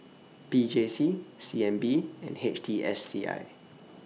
P J C C N B and H T S C I